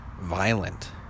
Violent